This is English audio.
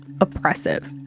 Oppressive